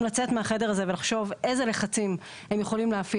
לצאת מהחדר הזה ולחשוב אילו לחצים הם יכולים להפעיל